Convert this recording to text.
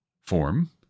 form